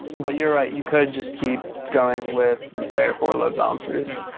but you're right. you could just keep going with layer four load balancers.